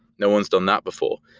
no one's done that before.